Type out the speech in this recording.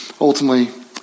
ultimately